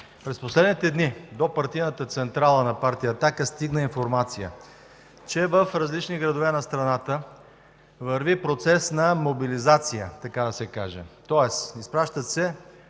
През последните дни до партийната централа на Партия „Атака” стигна информация, че в различни градове на страната върви процес на мобилизация, така да се каже. Тоест изпращат се